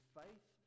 faith